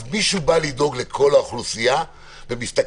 אז מי שבא לדאוג לכל האוכלוסייה ומסתכל